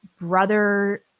brother